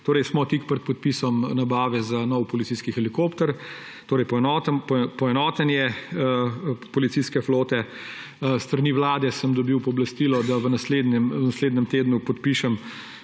naredili, smo tik pred podpisom nabave za nov policijski helikopter, torej poenotenje policijske flote. S strani vlade sem dobil pooblastilo, da v naslednjem tednu podpišem